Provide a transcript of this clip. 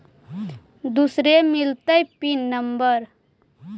दुसरे मिलतै pin number?